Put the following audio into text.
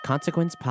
Consequence